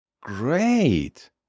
Great